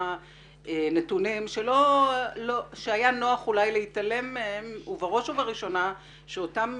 נתונים שהיה נוח אולי להתעלם מהם ובראש ובראשונה שאותם